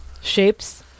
shapes